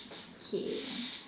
K